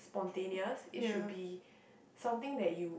spontaneous it should be something that you